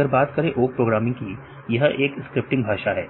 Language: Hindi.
तो ओक प्रोग्रामिंग यह एक स्क्रिप्टिंग भाषा है